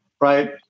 right